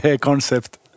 concept